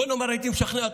בואי נאמר שהייתי משכנע,